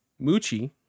Moochie